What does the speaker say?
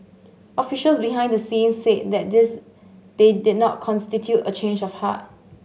officials behind the scenes said that this they did not constitute a change of heart